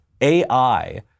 AI